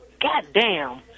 goddamn